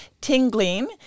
tingling